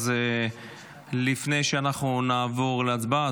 אז לפני שנעבור להצבעה,